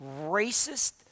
racist